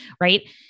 Right